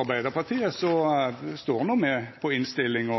Arbeidarpartiet står på innstillinga